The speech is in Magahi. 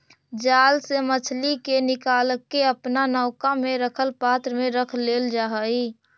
जाल से मछली के निकालके अपना नौका में रखल पात्र में रख लेल जा हई